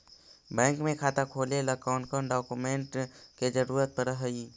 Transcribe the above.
Bank में खाता खोले ल कौन कौन डाउकमेंट के जरूरत पड़ है?